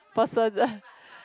person